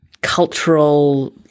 cultural